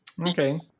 Okay